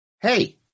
hey